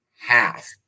half